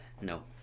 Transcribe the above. No